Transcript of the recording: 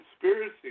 conspiracy